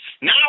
Now